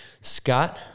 Scott